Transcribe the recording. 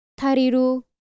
Tariru